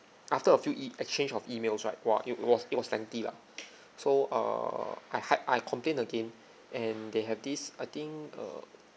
after a few E exchange of emails right !wah! it was it was lengthy lah so err I hide I complain again and they have this I think uh